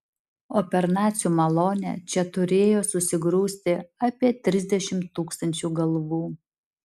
o per nacių malonę čia turėjo susigrūsti apie trisdešimt tūkstančių galvų